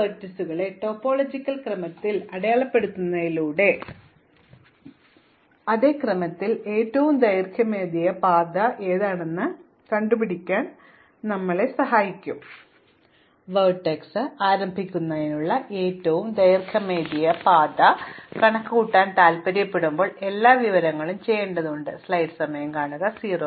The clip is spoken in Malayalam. അതിനാൽ ഈ വെർട്ടീസുകളെ ടോപ്പോളജിക്കൽ ക്രമത്തിൽ അടുക്കുന്നതിലൂടെ അതേ ക്രമത്തിൽ ഏറ്റവും ദൈർഘ്യമേറിയ പാത കണക്കുകൂട്ടാൻ എനിക്ക് കഴിയും വെർട്ടെക്സ് ആരംഭിക്കുന്നതിനുള്ള ഏറ്റവും ദൈർഘ്യമേറിയ പാത കണക്കുകൂട്ടാൻ ഞാൻ താൽപ്പര്യപ്പെടുമ്പോൾ ലഭ്യമായ എല്ലാ വിവരങ്ങളും അത് ചെയ്യേണ്ടതുണ്ട് അതിനുള്ള ദൈർഘ്യമേറിയ പാത ഇൻകമിംഗ് അയൽവാസികളാണ്